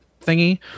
thingy